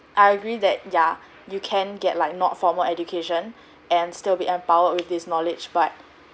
I agree that yeah you can get like not formal education and still be empowered with this knowledge but